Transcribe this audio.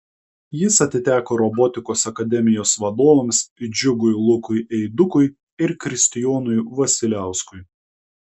jis atiteko robotikos akademijos vadovams džiugui lukui eidukui ir kristijonui vasiliauskui